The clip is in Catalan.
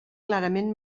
clarament